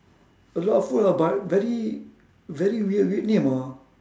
a lot of food ah but very very weird weird name ah